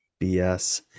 BS